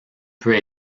peut